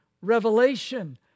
revelation